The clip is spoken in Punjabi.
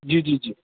ਜੀ ਜੀ ਜੀ